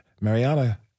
Mariana